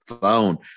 phone